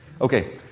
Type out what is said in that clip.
Okay